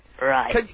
Right